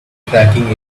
tracking